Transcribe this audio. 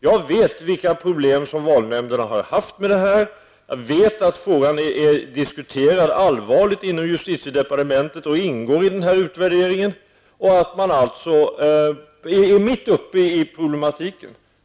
Jag vet vilka problem som valnämnderna har haft och vet att frågan allvarligt har diskuterats i justitiedepartementet och ingår i utvärderingen. Man är alltså mitt uppe i problematiken.